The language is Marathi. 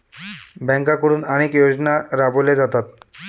बँकांकडून अनेक योजना राबवल्या जातात